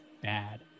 bad